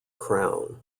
crown